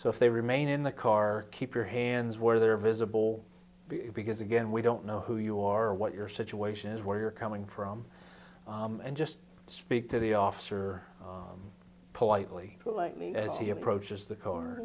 so if they remain in the car keep your hands where they're visible because again we don't know who you are or what your situation is where you're coming from and just speak to the officer politely politely as he approaches the c